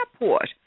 Airport